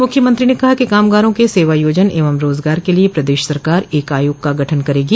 मुख्यमंत्री ने कहा कि कामगारों के सेवायोजन एवं रोजगार के लिए प्रदेश सरकार एक आयोग का गठन करेगी